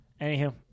anywho